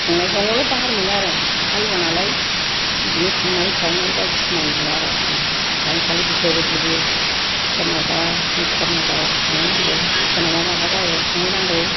संनाय खावनायावल' बाहार मोनो आरो आं हालुवा नालाय बिदिनो संनाय खावनाय बायदिसिनानिल' आरो आं खालि बिदियावल' गोलैयो सोरनावबा बिदिनो खर्म' जाबाबो संहैनांगौ सोरनावबा माबा जायोबाबो संहैनांगौ